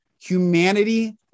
humanity